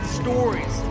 stories